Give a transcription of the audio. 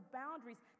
boundaries